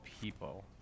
people